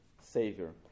Savior